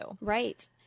Right